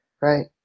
right